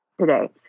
today